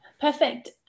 Perfect